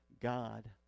God